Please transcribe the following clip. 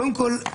קודם כול,